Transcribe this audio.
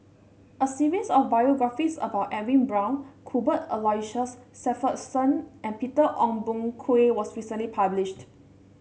a series of biographies about Edwin Brown Cuthbert Aloysius Shepherdson and Peter Ong Boon Kwee was recently published